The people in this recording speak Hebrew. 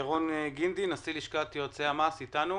ירון גינדי, נשיא לשכת יועצי המס, בבקשה.